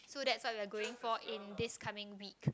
so that's what we're going for in this coming week